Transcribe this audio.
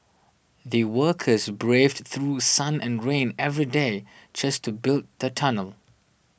the workers braved through sun and rain every day just to build the tunnel